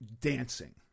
dancing